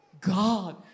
God